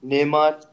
Neymar